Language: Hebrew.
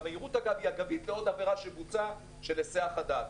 מהירות אגב היא אגבית לעוד עבירה שבוצעה של היסח הדעת,